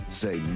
say